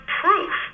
proof